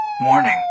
Morning